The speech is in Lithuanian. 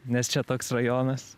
nes čia toks rajonas